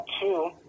two